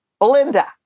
Belinda